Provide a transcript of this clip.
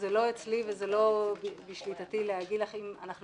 זה לא אצלי ולא בשליטתי להגיד לך אם אנחנו